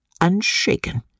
unshaken